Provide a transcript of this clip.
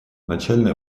начальное